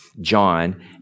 John